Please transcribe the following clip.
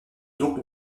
donc